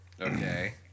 Okay